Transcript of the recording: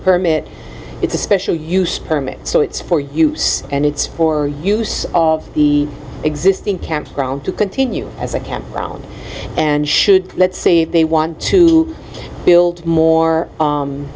permit it's a special use permit so it's for use and it's for use of the existing campground to continue as a campground and should let's see if they want to build more